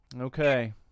Okay